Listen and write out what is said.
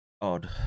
odd